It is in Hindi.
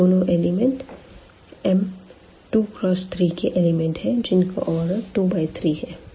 यह दोनों एलिमेंट M2×3 के एलिमेंट है जिनका ऑर्डर 2 बाय 3 है